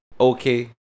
Okay